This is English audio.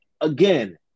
again –